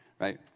right